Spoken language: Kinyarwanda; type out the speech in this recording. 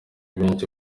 benshi